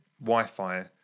Wi-Fi